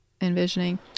envisioning